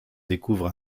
découvre